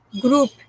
group